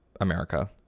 America